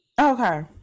Okay